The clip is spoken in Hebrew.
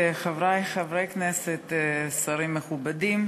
חברי חברי הכנסת, שרים מכובדים,